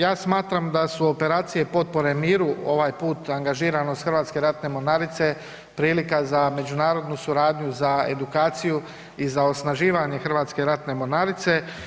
Ja smatram da su operacije potpore miru ovaj put angažiran od Hrvatske ratne mornarice prilika za međunarodnu suradnju za edukaciju i za osnaživanje Hrvatske ratne mornarice.